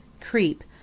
Creep